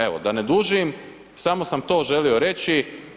Evo, da ne dužim, samo sam to želio reći.